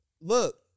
Look